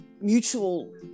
mutual